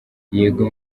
yego